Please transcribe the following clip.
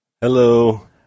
Hello